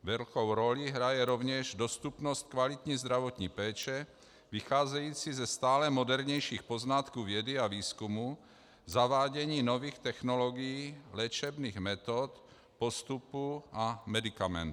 Velkou roli hraje rovněž dostupnost kvalitní zdravotní péče vycházející ze stále modernějších poznatků vědy a výzkumu, zavádění nových technologií, léčebných metod, postupů a medikamentů.